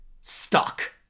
stuck